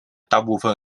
大部份